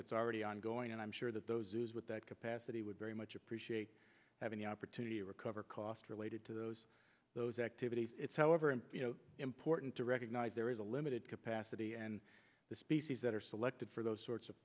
that's already ongoing and i'm sure that those issues with that capacity would very much appreciate having the opportunity to recover cost related to those those activities however is important to recognise there is a limited capacity and the species that are selected for those sorts of